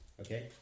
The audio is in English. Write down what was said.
okay